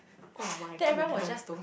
oh my goodness